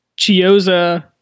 Chioza